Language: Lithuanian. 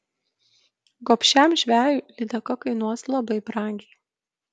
gobšiam žvejui lydeka kainuos labai brangiai